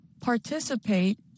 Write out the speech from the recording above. participate